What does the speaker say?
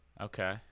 Okay